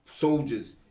soldiers